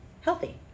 healthy